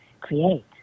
create